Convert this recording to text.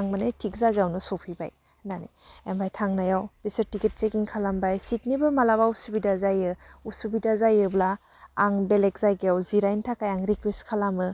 आं माने थिग जायगायावनो सफैबाय होन्नानै ओमफ्राय थांनायाव बिसोर टिकेट चेकिं खालामबाय सिटनिबो मालाबा उसुबिदा जायो उसुबिदा जायोब्ला आं बेलेग जायगायाव जिरायनो थाखाय आं रिकुयेस्ट खालामो